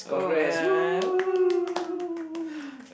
oh ya man !woo!